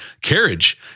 Carriage